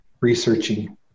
researching